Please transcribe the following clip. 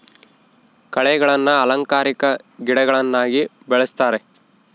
ಕಳೆಗಳನ್ನ ಅಲಂಕಾರಿಕ ಗಿಡಗಳನ್ನಾಗಿ ಬೆಳಿಸ್ತರೆ